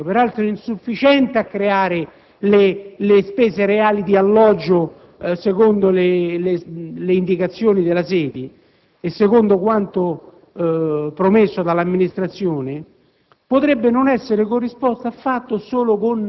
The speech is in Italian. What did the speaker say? quindi, il beneficio previsto dalla legge n. 100 del 1987, peraltro insufficiente a coprire le spese reali di alloggio, secondo le indicazioni delle sedi e secondo quanto promesso dall'amministrazione,